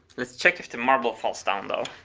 let's check if the marble falls down though.